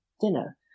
dinner